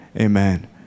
Amen